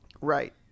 Right